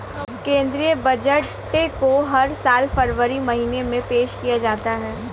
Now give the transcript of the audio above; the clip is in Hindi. केंद्रीय बजट को हर साल फरवरी महीने में पेश किया जाता है